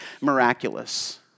miraculous